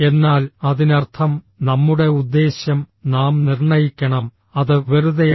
എന്നാൽ അതിനർത്ഥം നമ്മുടെ ഉദ്ദേശ്യം നാം നിർണ്ണയിക്കണം അത് വെറുതെയല്ല